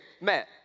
met